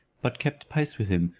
but kept pace with him,